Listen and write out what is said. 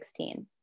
2016